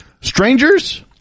strangers